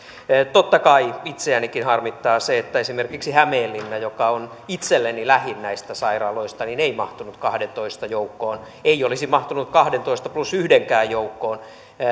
totta kai itseänikin harmittaa se että esimerkiksi hämeenlinna joka on itselleni lähin näistä sairaaloista ei mahtunut kahdentoista joukkoon ei olisi mahtunut kahdentoista plus yhdenkään joukkoon